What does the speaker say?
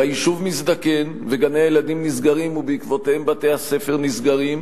והיישוב מזדקן וגני-הילדים נסגרים ובעקבותיהם בתי-הספר נסגרים,